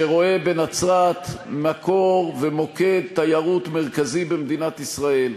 שרואה בנצרת מקור ומוקד תיירות מרכזי במדינת ישראל,